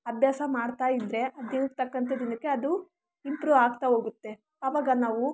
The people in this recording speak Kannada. ಅಭ್ಯಾಸ ಮಾಡ್ತಾಯಿದ್ರೆ ದಿನಕ್ಕೆ ತಕ್ಕಂತೆ ದಿನಕ್ಕೆ ಅದು ಇಂಪ್ರೂವ್ ಆಗ್ತಾ ಹೋಗುತ್ತೆ ಆವಾಗ ನಾವು